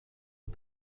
are